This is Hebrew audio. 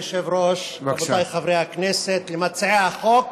כבוד היושב-ראש, רבותיי חברי הכנסת, למציעי החוק